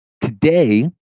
today